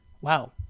Wow